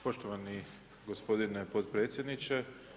Poštovani gospodine potpredsjedniče.